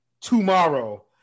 tomorrow